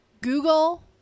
Google